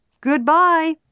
Goodbye